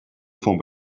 from